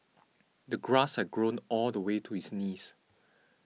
the grass had grown all the way to his knees